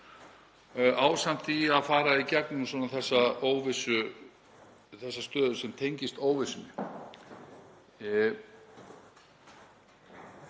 ásamt því að fara í gegnum þessa stöðu sem tengist óvissunni.